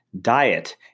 Diet